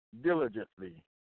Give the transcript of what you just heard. diligently